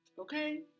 okay